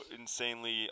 insanely